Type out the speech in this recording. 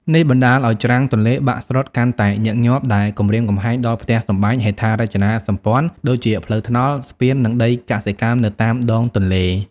នេះបណ្តាលឱ្យច្រាំងទន្លេបាក់ស្រុតកាន់តែញឹកញាប់ ដែលគំរាមកំហែងដល់ផ្ទះសម្បែង ហេដ្ឋារចនាសម្ព័ន្ធ ដូចជាផ្លូវថ្នល់ និងស្ពាន និងដីកសិកម្មនៅតាមដងទន្លេ។